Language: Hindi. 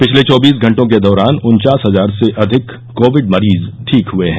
पिछले चौबीस घंटों के दौरान उन्चास हजार से अधिक कोविड मरीज ठीक हए हैं